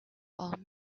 old